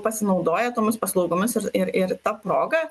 pasinaudoja tomis paslaugomis ir ir ir ta proga